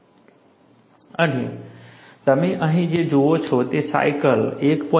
બરાબર અને તમે અહીં જે જુઓ છો તે સાયકલ 1